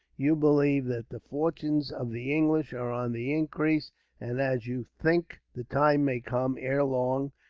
you believe that the fortunes of the english are on the increase and as you think the time may come, ere long,